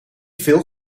veel